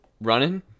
running